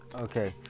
Okay